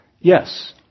yes